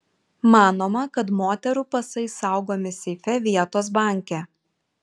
manoma kad moterų pasai saugomi seife vietos banke